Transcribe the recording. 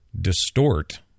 distort